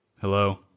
Hello